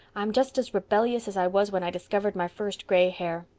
i'm just as rebellious as i was when i discovered my first gray hair.